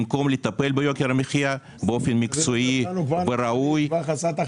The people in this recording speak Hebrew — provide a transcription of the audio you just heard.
במקום לטפל ביוקר המחיה באופן מקצועי וראוי --- ממשלה חסרת אחריות?